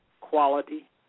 quality